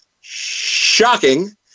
Shocking